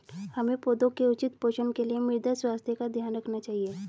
हमें पौधों के उचित पोषण के लिए मृदा स्वास्थ्य का ध्यान रखना चाहिए